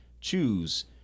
choose